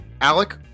Alec